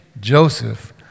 Joseph